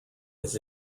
his